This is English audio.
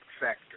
Factor